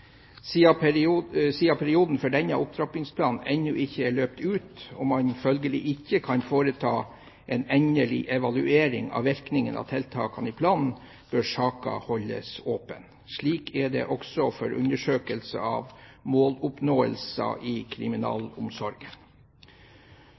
perioden for denne opptrappingsplanen ennå ikke er løpt ut, og man følgelig ikke kan foreta en endelig evaluering av virkningene av tiltakene i planen, bør saken holdes åpen. Slik er det også for undersøkelsen av måloppnåelse i